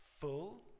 Full